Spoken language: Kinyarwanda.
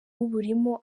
uburimo